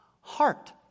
heart